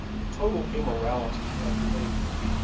the total amorality of behavior,